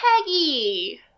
Peggy